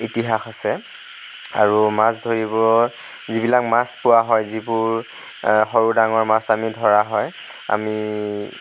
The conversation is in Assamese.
ইতিহাস আছে আৰু মাছ ধৰিব যিবিলাক মাছ পোৱা হয় যিবোৰ সৰু ডাঙৰ মাছ আমি ধৰা হয় আমি